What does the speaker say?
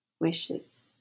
wishes